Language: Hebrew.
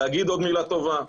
להגיד עוד מילה טובה.